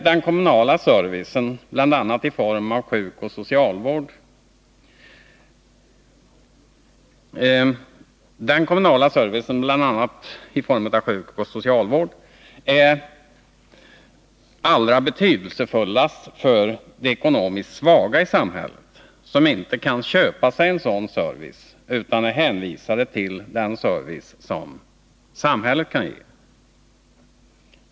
Den kommunala servicen, bl.a. i form av sjukoch socialvård, är allra betydelsefullast för de ekonomiskt svaga i samhället, som inte kan köpa sig en sådan service utan är hänvisade till den service som samhället kan ge.